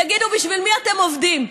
תגידו, בשביל מי אתם עובדים?